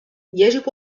يجب